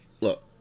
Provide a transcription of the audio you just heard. look